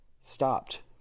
Stopped